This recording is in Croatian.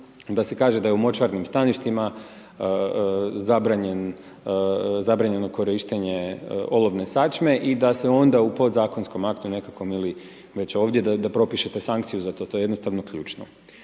da se kaže da je u močvarnim staništima zabranjen, zabranjeno korištenje olovne sačme i da se onda u pod zakonskom aktu nekakvom ili već ovdje da propišete sankciju za to, to je jednostavno ključno.